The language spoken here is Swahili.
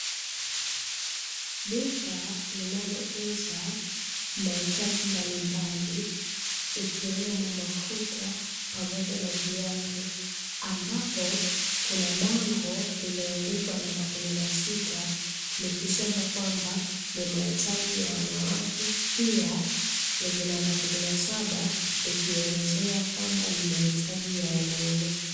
Duka linalouza mahitaji mbalimbali ikiwemo mafuta pamoja na viatu, ambapo kuna bango liloandikwa namba kumi na sita likisema kwamba ni mahitaji ya wanawake pia lenye namba kumi na saba likielezea kwamba ni mahitaji ya wanaume.